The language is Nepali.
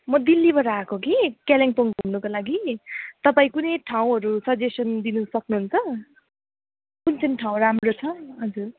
म दिल्लीबाट आएको कि कालिम्पोङ घुम्नुको लागि तपाईँ कुनै ठाउँहरू सजेसन दिनु सक्नु हुन्छ कुन कुन ठाउँ राम्रो छ हजुर